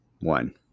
one